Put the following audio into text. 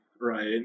right